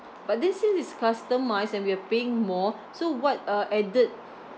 but then since it's customised and we are paying more so what uh added